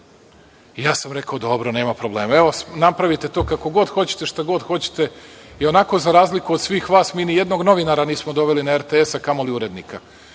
Rekao sam – dobro, nema problema. Napravite to kako god hoćete, šta god hoćete, ionako za razliku od svih vas mi ni jednog novinara nismo doveli na RTS, a kamo li urednika